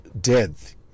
death